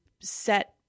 set